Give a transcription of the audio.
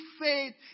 faith